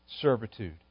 servitude